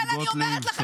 לכן אני אומרת לכם,